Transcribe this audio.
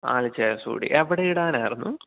നാല് ചെയേർസ് കൂടി എവിടെയിടാനായിരുന്നു